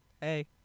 Hey